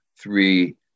three